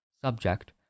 Subject